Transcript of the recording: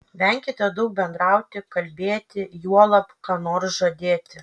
venkite daug bendrauti kalbėti juolab ką nors žadėti